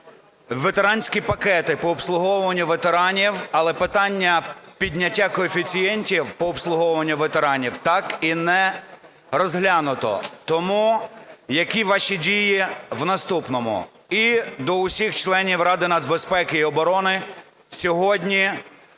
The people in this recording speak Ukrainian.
ветеранські пакети по обслуговуванню ветеранів. Але питання підняття коефіцієнтів по обслуговуванню ветеранів так і не розглянуто. Тому які ваші дії в наступному? І до усіх членів Ради нацбезпеки і оборони. Сьогодні